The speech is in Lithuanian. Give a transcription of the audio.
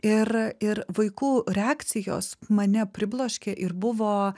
ir ir vaikų reakcijos mane pribloškė ir buvo